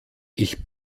ich